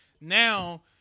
now